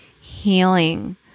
healing